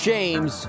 James